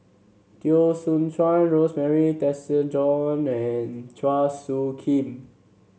Teo Soon Chuan Rosemary Tessensohn and Chua Soo Khim